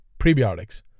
prebiotics